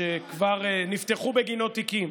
שכבר נפתחו בגינו תיקים,